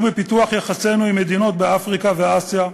בפיתוח יחסינו עם מדינות באפריקה ואסיה.